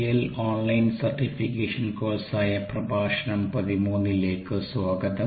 L online certification കോഴ്സായ പ്രഭാഷണം 13 ലേക്ക് സ്വാഗതം